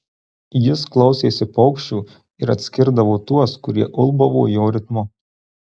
jis klausėsi paukščių ir atskirdavo tuos kurie ulbavo jo ritmu